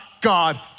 God